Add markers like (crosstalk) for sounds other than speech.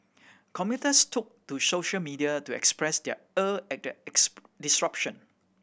commuters took to social media to express their ire at the (unintelligible) disruption